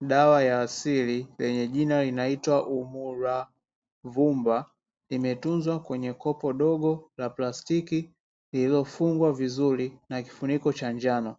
Dawa ya asili yenye jina linaitwa "UMURAVUMBA" imetunzwa kwenye kopo dogo la plastiki, iliyofungwa vizuri na kifuniko cha njano